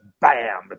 bam